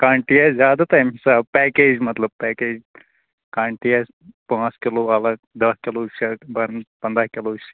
quantity آسہِ زیادٕ تَمہِ حِساب پیٚکیج مَطلَب پیٚکیج کانٹِٹی آسۍ پانٛژھ کِلوٗ اَلگ دٔہ کِلوٗ چھِ أسۍ بَران پَنٛداہ کِلوٗ چھِ